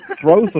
throws